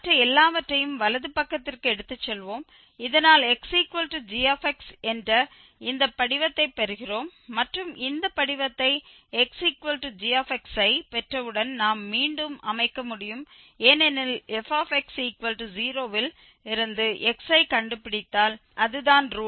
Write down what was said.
மற்ற எல்லாவற்றையும் வலது பக்கத்திற்கு எடுத்து செல்வோம் இதனால் xg என்ற இந்த படிவத்தை பெறுகிறோம் மற்றும் இந்த படிவத்தை xg ஐ பெற்றவுடன் நாம் மீண்டும் அமைக்க முடியும் ஏனெனில் fx0 ல் இருந்து x ஐ கண்டுபிடித்தால் அதுதான் ரூட்